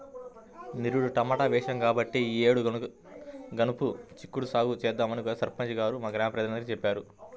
నిరుడు టమాటా వేశాం కాబట్టి ఈ యేడు గనుపు చిక్కుడు సాగు చేద్దామని సర్పంచి గారు గ్రామ ప్రజలందరికీ చెప్పారు